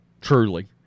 truly